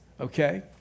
okay